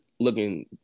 looking